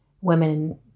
women